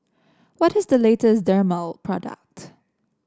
what is the latest Dermale product